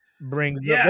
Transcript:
brings